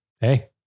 Hey